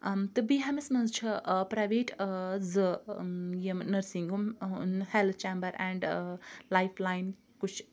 تہٕ بیہامِس مَنٛز چھُ پرَیویٹ زٕ یِم nursing health chamber and life line کُچھ